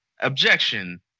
Objection